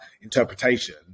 interpretation